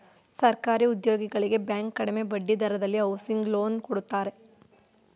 ಸರ್ಕಾರಿ ಉದ್ಯೋಗಿಗಳಿಗೆ ಬ್ಯಾಂಕ್ ಕಡಿಮೆ ಬಡ್ಡಿ ದರದಲ್ಲಿ ಹೌಸಿಂಗ್ ಲೋನ್ ಕೊಡುತ್ತಾರೆ